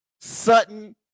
Sutton